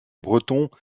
bretons